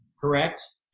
correct